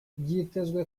byitezwe